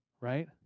Right